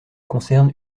concerne